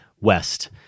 West